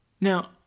Now